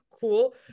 cool